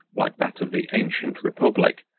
like that of the ancient republic,